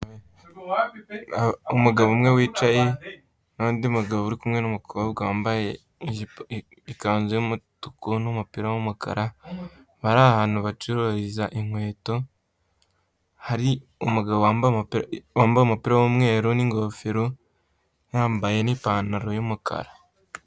Umugabo umwe wicaye, n'undi mugabo uri kumwe n'umukobwa wambaye ijipo, ikanzu y'umutuku n'umupira w'umukara, bari ahantu bacururiza inkweto, hari umugabo wambaye umupi wambaye umupira w'umweru n'ingofero, yambaye n'ipantaro y'umukara.